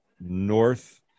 north